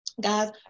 Guys